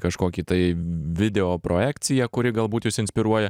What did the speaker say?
kažkokį tai video projekciją kuri galbūt jus inspiruoja